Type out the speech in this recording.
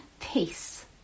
peace